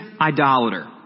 idolater